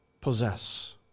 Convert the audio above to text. possess